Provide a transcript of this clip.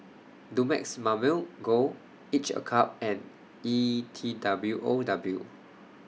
Dumex Mamil Gold Each A Cup and E T W O W